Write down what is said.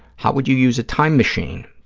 how would you use a time machine?